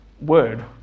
word